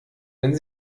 wenn